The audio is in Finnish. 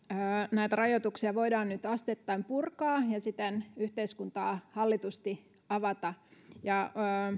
näitä rajoituksia voidaan nyt asteittain purkaa ja siten yhteiskuntaa hallitusti avata